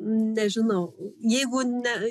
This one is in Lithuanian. nežinau jeigu ne